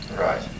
Right